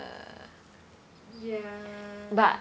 ya